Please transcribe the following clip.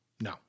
no